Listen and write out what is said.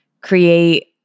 create